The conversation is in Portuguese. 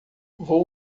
vou